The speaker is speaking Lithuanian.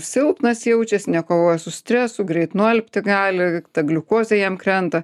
silpnas jaučiasi nekovoja su stresu greit nualpti gali ta gliukozė jam krenta